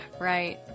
Right